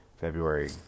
February